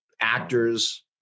actors